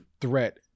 threat